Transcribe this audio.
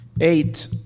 Eight